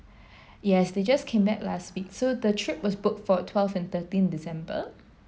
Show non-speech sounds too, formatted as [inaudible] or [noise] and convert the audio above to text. [breath] yes they just came back last week so the trip was booked for twelve and thirteen december